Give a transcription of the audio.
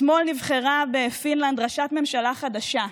אתמול נבחרה בפינלנד ראשת ממשלה חדשה.